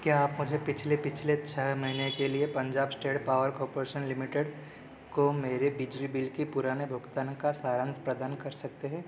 क्या आप मुझे पिछले पिछले छः महीने के लिए Punjab state power corporation limited को मेरे बिजली बिल के पुराने भुगतान का सारांश प्रदान कर सकते हैं